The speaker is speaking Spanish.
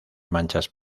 manchas